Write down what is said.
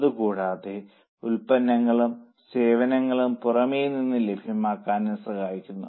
അതുകൂടാതെ ഉല്പന്നങ്ങളും സേവനങ്ങളും പുറമേ നിന്ന് ലഭ്യമാക്കാനും സഹായിക്കുന്നു